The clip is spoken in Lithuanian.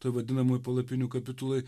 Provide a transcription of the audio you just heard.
ta vadinamoji palapinių kapitulai